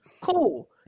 Cool